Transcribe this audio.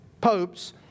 popes